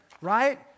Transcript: right